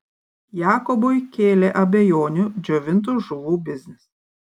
jakobui kėlė abejonių džiovintų žuvų biznis